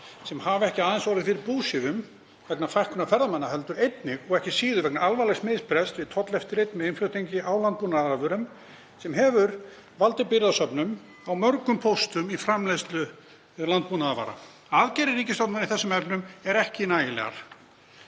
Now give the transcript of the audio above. Hún hefur ekki aðeins orðið fyrir búsifjum vegna fækkunar ferðamanna heldur einnig og ekki síður vegna alvarlegs misbrests við tolleftirlit með innflutningi á landbúnaðarafurðum, sem hefur valdið birgðasöfnun á mörgum póstum í framleiðslu landbúnaðarvara. Aðgerðir ríkisstjórnar í þeim efnum eru ekki nægilegar.